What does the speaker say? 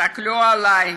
תסתכלו עלי,